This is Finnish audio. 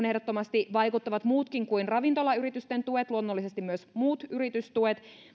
ehdottomasti vaikuttavat muutkin kuin ravintolayritysten tuet luonnollisesti myös muut yritystuet